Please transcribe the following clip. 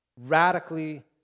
radically